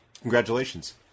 Congratulations